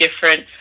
different